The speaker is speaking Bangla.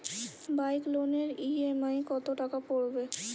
বাইক লোনের ই.এম.আই কত টাকা পড়বে?